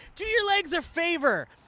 do your legs a favor.